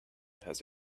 has